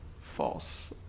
false